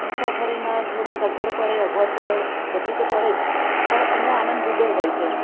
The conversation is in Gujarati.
મુસાફરીમાં થોડી સગવળ પડે અગવળ પડે બધું તો પડે જ પણ એનો આનંદ જુદો હોય છે